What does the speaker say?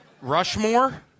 Rushmore